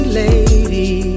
lady